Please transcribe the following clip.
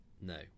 no